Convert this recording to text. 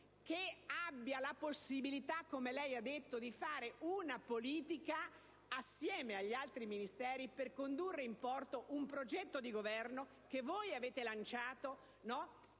che abbia la possibilità, come ha detto, di fare una politica assieme agli altri Ministeri per condurre in porto un progetto di governo che voi avete lanciato e